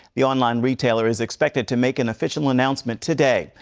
the online retailer is expected to make an official announcement today.